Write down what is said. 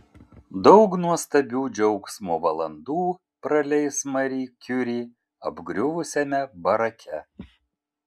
daug nuostabių džiaugsmo valandų praleis mari kiuri apgriuvusiame barake